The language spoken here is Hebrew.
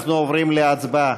אנחנו עוברים להצבעה.